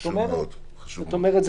זאת אומרת,